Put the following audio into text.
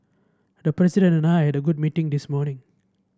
the President and I had a very good meeting this morning